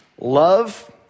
love